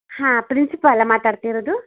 ಹಾಂ ಪ್ರಿನ್ಸಿಪಾಲ ಮಾತಾಡ್ತಿರೋದು